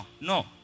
No